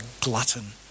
glutton